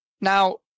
Now